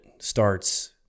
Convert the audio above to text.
starts